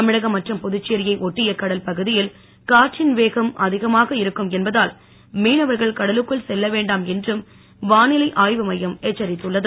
தமிழகம் மற்றும் புதுச்சேரியை ஒட்டிய கடல் பகுதியில் காற்றின் வேகம் அதிகமாக இருக்கும் என்பதால் மீனவர்கள் கடலுக்குள் செல்ல வேண்டாம் என்றும் வானிலை ஆய்வுமையம் எச்சரித்துள்ளது